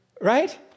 right